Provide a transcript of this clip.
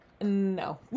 No